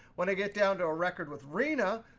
when i get down to a record with rina,